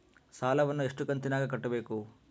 ಸಾಲವನ್ನ ಎಷ್ಟು ಕಂತಿನಾಗ ಕಟ್ಟಬೇಕು?